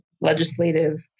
legislative